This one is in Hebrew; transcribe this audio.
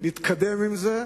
נתקדם עם זה,